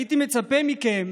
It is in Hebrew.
הייתי מצפה מכם